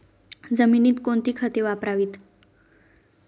जमिनीत कोणती खते वापरावीत?